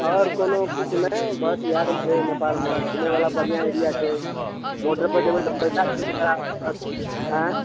आओर कोनो किछु नहि बस इएह सब छै नेपालमे घुमैबला बढ़िऑं एरिया छै बॉर्डर पर जेबै तऽ पैसा चेन्ज कराबऽ पड़त एँ